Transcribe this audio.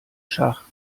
schach